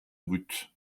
brut